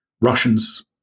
Russians